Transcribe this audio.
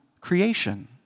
creation